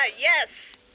yes